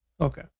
okay